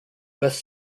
best